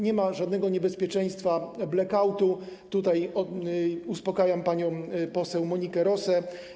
Nie ma żadnego niebezpieczeństwa blackoutu - uspokajam panią poseł Monikę Rosę.